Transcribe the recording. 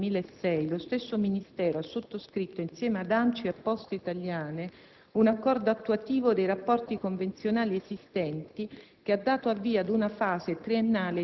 A questo scopo, il 20 novembre 2006 lo stesso Ministero ha sottoscritto insieme ad ANCI e a Poste Italiane un accordo attuativo dei rapporti convenzionali esistenti,